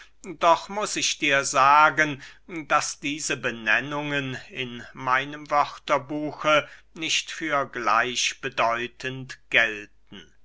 doch muß ich dir sagen daß diese benennungen in meinem wörterbuche nicht für gleichbedeutend gelten